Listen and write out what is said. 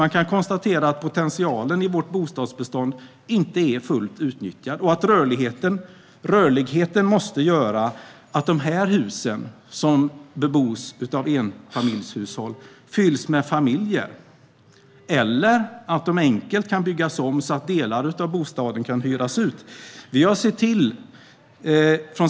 Vi kan konstatera att potentialen i vårt bostadsbestånd inte är fullt utnyttjad och att rörligheten måste göra så att dessa hus fylls med familjer eller enkelt byggs om så att delar av bostaden kan hyras ut.